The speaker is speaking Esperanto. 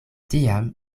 tiam